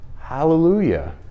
Hallelujah